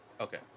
Okay